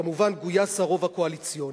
כמובן גויס הרוב הקואליציוני,